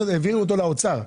העבירו אותו לאוצר.